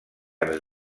ens